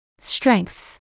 Strengths